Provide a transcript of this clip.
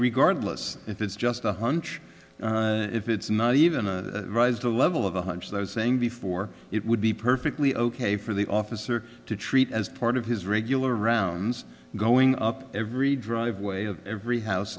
regardless if it's just a hunch if it's not even a rise to the level of a hunch those saying before it would be perfectly ok for the officer to treat as part of his regular rounds going up every driveway of every house